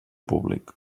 públic